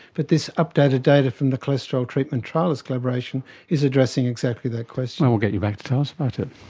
but this updated data from the cholesterol treatment trialists' collaboration is addressing exactly that question. and we'll get you back to tell us about it.